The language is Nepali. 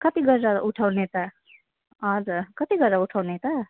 कति गरेर उठाउने त हजुर कति गरेर उठाउने त